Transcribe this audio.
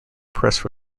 press